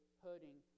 hurting